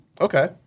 Okay